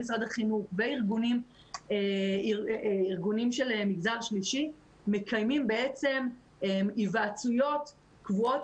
עם משרד החינוך וארגונים של מגזר שלישי מקיימים בעצם היוועצויות קבועות